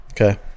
okay